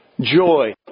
joy